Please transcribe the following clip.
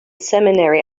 seminary